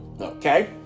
okay